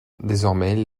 désormais